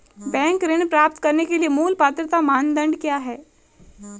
Bank ऋण प्राप्त करने के लिए मूल पात्रता मानदंड क्या हैं?